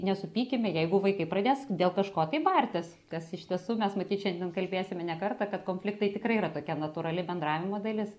nesupykime jeigu vaikai pradės dėl kažko tai bartis kas iš tiesų mes matyt šiandien kalbėsime ne kartą kad konfliktai tikrai yra tokia natūrali bendravimo dalis